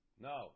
no